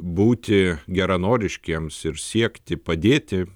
būti geranoriškiems ir siekti padėti